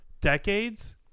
decades